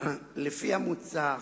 לפי המוצע,